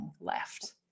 left